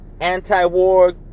anti-war